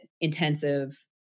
intensive